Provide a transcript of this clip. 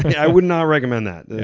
i would not recommend that.